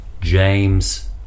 James